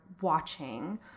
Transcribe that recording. watching